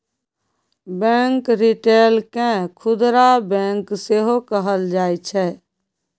bank retail केँ खुदरा bank सेहो कहल जाइ छै